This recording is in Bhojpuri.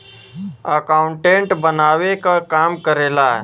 अकाउंटेंट बनावे क काम करेला